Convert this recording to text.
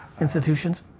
Institutions